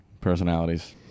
personalities